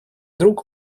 друг